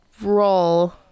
roll